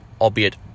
albeit